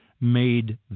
Made